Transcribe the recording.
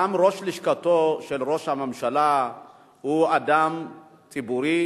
גם ראש לשכתו של ראש הממשלה הוא אדם ציבורי,